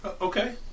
Okay